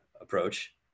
approach